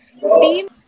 team